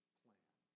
plan